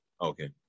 Okay